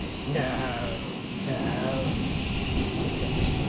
no, no said dennis,